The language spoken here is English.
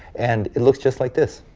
and it looks just like this.